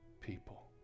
people